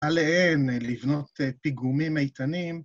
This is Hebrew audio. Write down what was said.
‫עליהן לבנות פיגומים איתנים.